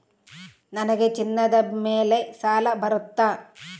ನನಗೆ ಚಿನ್ನದ ಮೇಲೆ ಸಾಲ ಬರುತ್ತಾ?